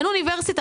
אין אוניברסיטה,